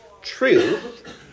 truth